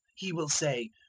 he will say,